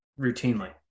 routinely